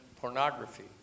pornography